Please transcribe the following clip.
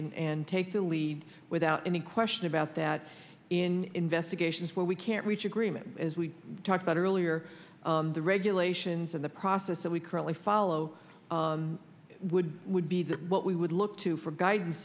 and take the lead without any question about that in investigations where we can't reach agreement as we talked about earlier the regulations and the process that we currently follow would would be that what we would look to for guidance